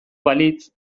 balitz